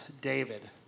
David